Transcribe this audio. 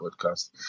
podcast